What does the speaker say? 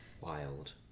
Wild